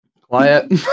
Quiet